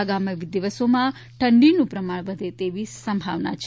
આગામી દિવસોમાં ઠંડીનું પ્રમાણ વધે તેવી સંભાવના છે